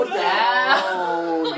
down